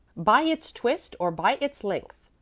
by its twist or by its length,